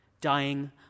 dying